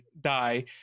die